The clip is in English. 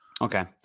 Okay